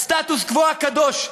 הסטטוס-קוו הקדוש,